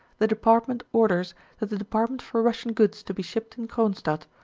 the department orders that the department for russian goods to be shipped in cronstadt,